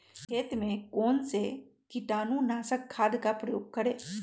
खेत में कौन से कीटाणु नाशक खाद का प्रयोग करें?